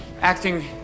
acting